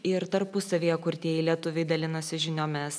ir tarpusavyje kurtieji lietuviai dalinosi žiniomis